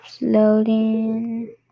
loading